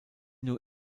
new